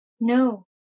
No